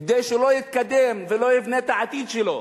כדי שלא יתקדם ולא יבנה את העתיד שלו.